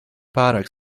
pārāk